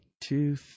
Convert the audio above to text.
two